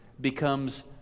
becomes